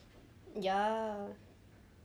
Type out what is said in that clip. ya